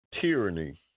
tyranny